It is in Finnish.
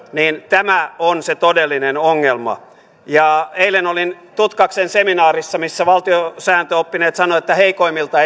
tämä on se todellinen ongelma eilen olin tutkaksen seminaarissa missä valtiosääntöoppineet sanoivat että heikoimmilta ei saa leikata jos